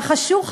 נחשו,